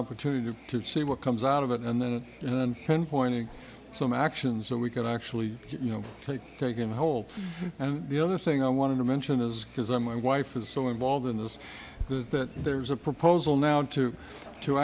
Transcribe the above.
opportunity to see what comes out of it and then and then point to some actions that we could actually you know take taken hold and the other thing i want to mention is is that my wife is so involved in this that there's a proposal now to to